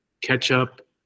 ketchup